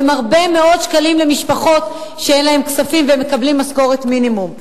הם הרבה מאוד שקלים למשפחות שאין להן כספים ומקבלות משכורת מינימום.